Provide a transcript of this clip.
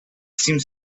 seemed